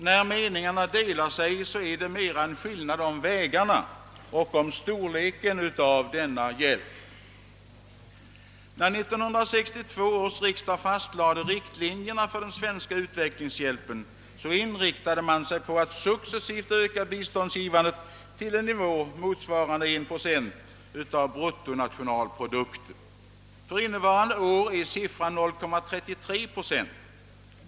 När meningarna delar sig, är det rörande vägarna för och storleken av denna hjälp. När 1962 års riksdag fastlade riktlinjerna för den svenska utvecklingshjälpen, inriktade man sig på att successivt öka biståndsgivandet till en nivå motsvarande 1 procent av bruttonationalprodukten. För innevarande år är siffran 0,33 procent.